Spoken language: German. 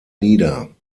nieder